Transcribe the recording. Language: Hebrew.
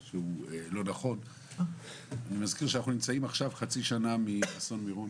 אני מזכיר שאנחנו נמצאים עכשיו חצי שנה מאסון מירון.